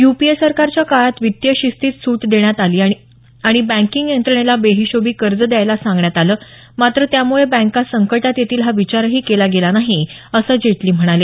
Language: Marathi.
युपीए सरकारच्या काळात वित्तीय शिस्तीत सूट देण्यात आली आणि बँकींग यंत्रणेला बेहिशेबी कर्ज द्यायला सांगण्यात आलं मात्र त्यामुळे बँका संकटात येतील हा विचारही केला गेला नाही असं जेटली म्हणाले